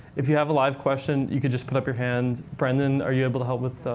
if you have a live question, you can just put up your hand. brendan, are you able to help with